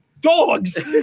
Dogs